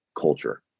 culture